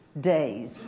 days